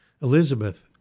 Elizabeth